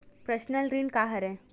Personal ऋण का हरय?